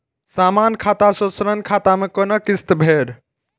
समान खाता से ऋण खाता मैं कोना किस्त भैर?